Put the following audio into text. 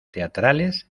teatrales